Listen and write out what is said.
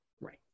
right